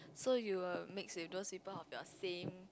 so you will mix with those people of the same